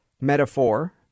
metaphor